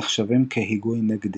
נחשבים כהיגוי נגדי.